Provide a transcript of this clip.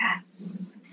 Yes